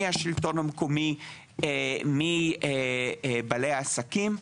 מהשלטון המקומי ומבעלי העסקים.